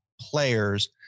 players